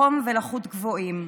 חום ולחות גבוהים.